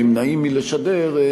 או נמנעים מלשדר,